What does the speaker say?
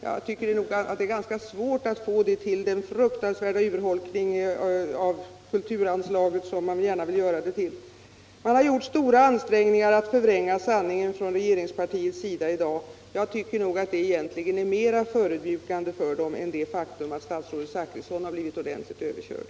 Jag tycker att det är svårt att få det till den fruktansvärda urholkning av kulturanslaget som man vill göra det till. Regeringspartiet har i dag gjort stora ansträngningar att förvränga sanningen. Jag tycker att det är mer förödmjukande för socialdemokraterna än att statsrådet Zachrisson blivit ordentligt överkörd.